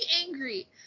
angry